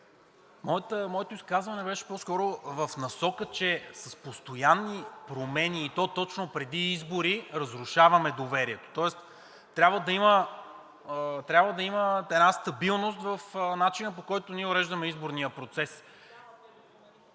Моето изказване беше по-скоро в насока, че с постоянни промени, и то точно преди избори, разрушаваме доверието, тоест трябва да има една стабилност в начина, по който ние уреждаме изборния процес. АЛЕКСАНДЪР ИВАНОВ